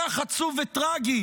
דולרים?